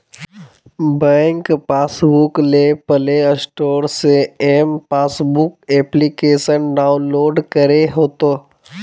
bank passbook ले Play Store से M passbook application download करे होतो